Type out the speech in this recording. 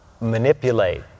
manipulate